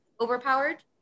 overpowered